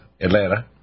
Atlanta